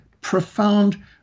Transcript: profound